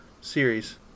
series